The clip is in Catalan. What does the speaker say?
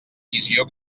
visió